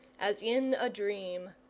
as in a dream.